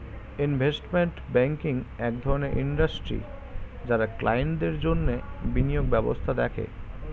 investment banking এক ধরণের industry যারা ক্লায়েন্টদের জন্যে বিনিয়োগ ব্যবস্থা দেখে